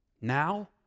Now